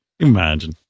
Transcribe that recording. Imagine